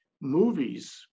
movies